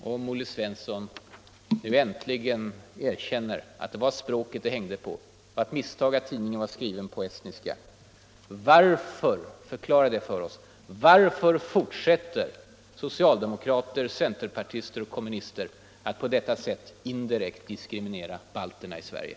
Om Olle Svensson nu äntligen erkänner att det var språket det hängde på — varför fortsätter socialdemokrater, centerpartister och kommunister att på detta sätt indirekt diskriminera balterna i Sverige?